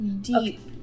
deep